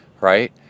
right